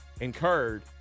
incurred